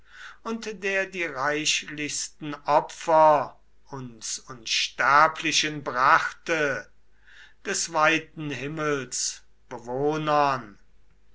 und der die reichlichsten opfer uns unsterblichen brachte des weiten himmels